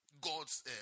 God's